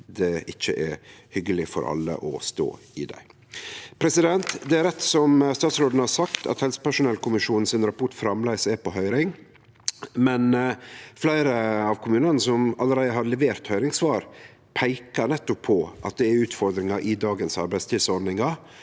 det ikkje er hyggeleg for alle å stå i det. Det er rett, som statsråden har sagt, at helsepersonellkommisjonen sin rapport framleis er på høyring, men fleire av kommunane som allereie har levert høyringssvar, peikar nettopp på at det er utfordringar i dagens arbeidstidsordningar,